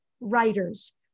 writers